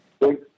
Thank